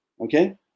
okay